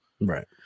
Right